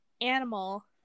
Animal